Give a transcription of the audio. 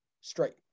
straight